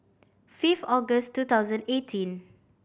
fifth August two thousand eighteen